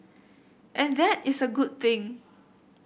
and that is a good thing